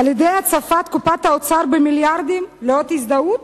על-ידי הצפת קופת האוצר במיליארדים לאות הזדהות?